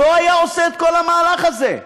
לא היה עושה את כל המהלך הזה,